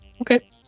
Okay